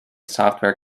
software